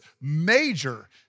major